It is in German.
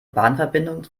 bahnverbindung